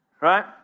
right